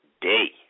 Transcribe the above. day